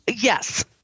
yes